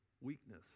weakness